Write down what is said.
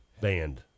Banned